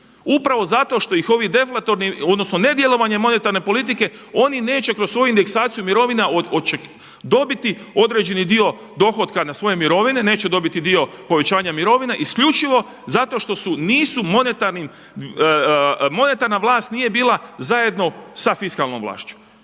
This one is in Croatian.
upravo zato što ih ovo ne djelovanje monetarne politike oni neće kroz svoju indeksaciju mirovina dobiti određeni dio dohotka na svoje mirovine, neće dobiti dio povećanja mirovina isključivo zato što monetarna vlast nije bila zajedno sa fiskalnom vlašću